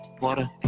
water